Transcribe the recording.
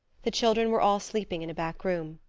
the children were all sleeping in a back room.